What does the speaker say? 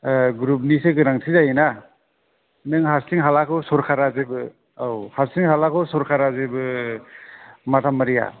ग्रुपनिसो गोनांथि जायोना नों हारसिं हालाखौ सरखारा जेबो औ हारसिं हालाखौ सरखारा जेबो माथा मारिया